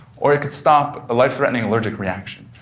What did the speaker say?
or it could stop a life-threatening allergic reaction.